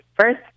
first